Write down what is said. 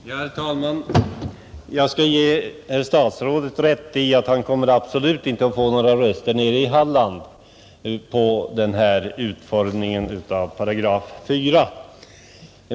Herr talman! Jag skall ge herr statsrådet rätt i att han absolut inte kommer att få några röster nere i Halland på den här utformningen av 4 8.